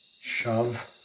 Shove